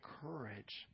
courage